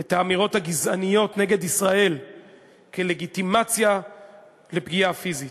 את האמירות הגזעניות נגד ישראל כלגיטימציה לפגיעה פיזית.